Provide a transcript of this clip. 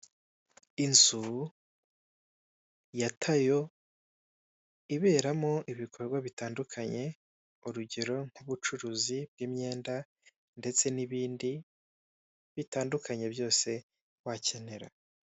Inzu ya Tayo iberamo ibikorwa bitandukanye urugero nk'ubucuruzi bw'imyenda ndetse n'ibindi bitandukanye byose wakenera.